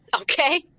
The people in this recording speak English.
Okay